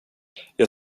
jag